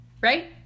right